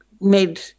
made